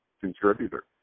contributor